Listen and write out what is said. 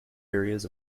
areas